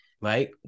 right